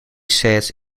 says